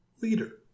leader